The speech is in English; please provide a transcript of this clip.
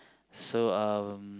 so um